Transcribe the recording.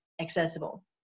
accessible